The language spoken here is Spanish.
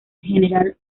general